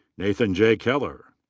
nathan j. keller.